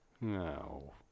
No